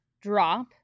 drop